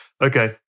Okay